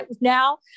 now